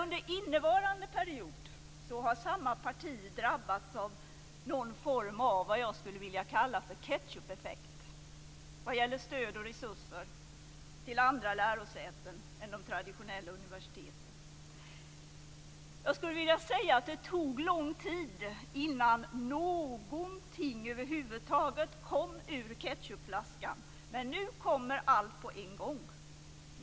Under innevarande period har dock samma parti drabbats av någon form av vad jag skulle vilja kalla ketchupeffekt vad gäller stöd och resurser till andra lärosäten än de traditionella universiteten. Det tog lång tid innan någonting över huvud taget kom ur ketchupflaskan, men nu kommer allt på en gång.